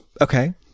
Okay